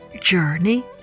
Journey